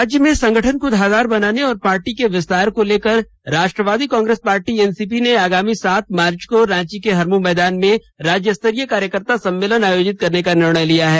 राज्य में संगठन को धारदार बनाने और पार्टी के विस्तार को लेकर राष्ट्रवादी कांग्रेस पार्टी एनसीपी ने आगामी सात मार्च रांची के हरमू मैदान में राज्यस्तरीय कार्यकर्ता सम्मेलन आयोजित करने का निर्णय लिया गया है